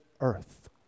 earth